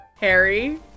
Harry